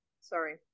sorry